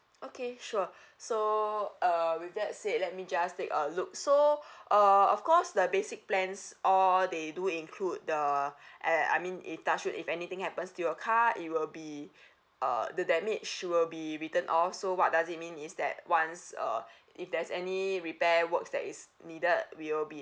okay sure so uh with that said let me just take a look so uh of course the basic plans all they do include the uh I mean if touch wood if anything happens to your car it will be uh the damage will be written off so what does it mean is that once uh if there's any repair works that is needed we will be